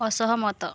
ଅସହମତ